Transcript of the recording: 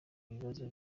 ibibazo